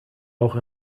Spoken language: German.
auch